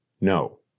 No